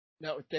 No